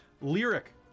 Lyric